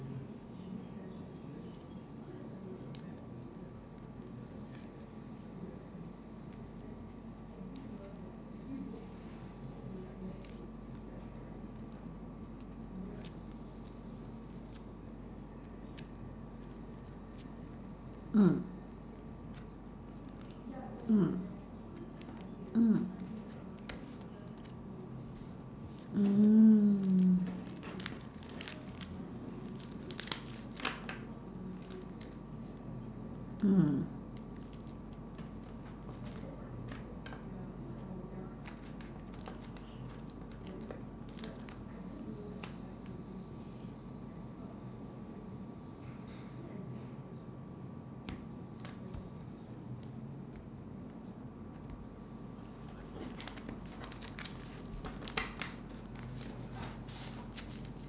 mm mm mm mm mm